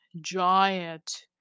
giant